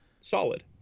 solid